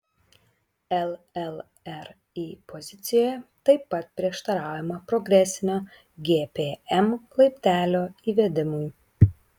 llri pozicijoje taip pat prieštaraujama progresinio gpm laiptelio įvedimui